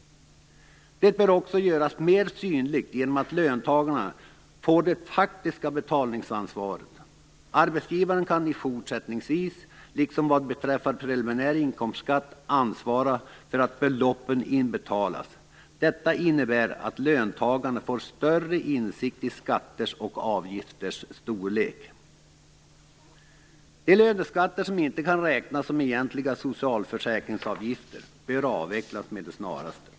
Det bör också göras mer synligt genom att löntagarna får det faktiska betalningsansvaret. Arbetsgivaren kan fortsättningsvis, liksom vad beträffar preliminär inkomstskatt, ansvara för att beloppen inbetalas. Detta innebär att löntagarna får större insikt i skatters och avgifters storlek. De löneskatter som inte kan räknas som egentliga socialförsäkringsavgifter bör avvecklas med det snaraste.